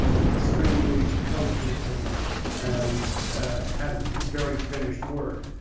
extremely cogently and has a very finished work.